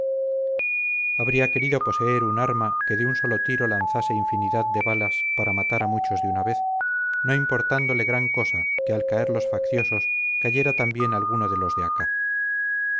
habría querido poseer un arma que de un solo tiro lanzase infinidad de balas para matar a muchos de una vez no importándole gran cosa que al caer los facciosos cayera también alguno de los de acá